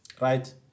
Right